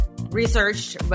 researched